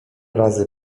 razy